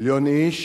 מיליון איש